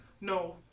No